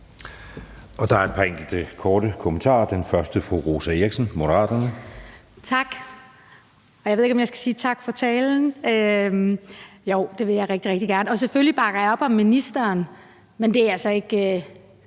Der er et par enkelte korte bemærkninger. Den første er fra fru Rosa Eriksen, Moderaterne. Kl. 10:51 Rosa Eriksen (M): Tak, og jeg ved ikke, om jeg skal sige tak for talen. Jo, det vil jeg rigtig, rigtig gerne. Og selvfølgelig bakker jeg op om ministeren, men det er ikke